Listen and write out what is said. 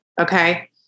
Okay